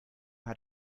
hat